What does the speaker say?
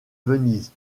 venise